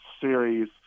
series